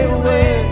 away